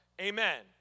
Amen